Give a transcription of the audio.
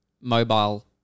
mobile